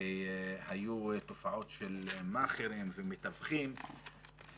והיו תופעות של מאכרים ומתווכים,